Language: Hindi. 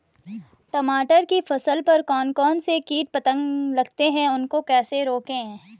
टमाटर की फसल पर कौन कौन से कीट पतंग लगते हैं उनको कैसे रोकें?